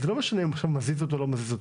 לא משנה אם הוא מזיז אותו או לא מזיז אותו.